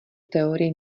teorii